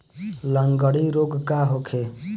लगंड़ी रोग का होखे?